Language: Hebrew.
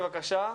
בבקשה.